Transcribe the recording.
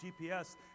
GPS